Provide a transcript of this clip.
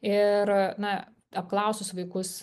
ir na apklausus vaikus